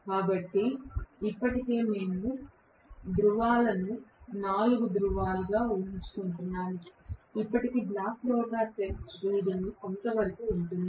కాబట్టి ఇప్పటికే మేము ధ్రువాలను 4 ధ్రువాలు గా ఊహించు చున్నాము అప్పుడు బ్లాక్ రోటర్ టెస్ట్ రీడింగ్ కొంతవరకు ఉంటుంది